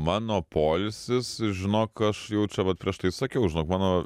mano poilsis žinok aš jau čia vat prieš tai sakiau žinok mano